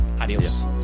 adios